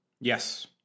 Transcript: Yes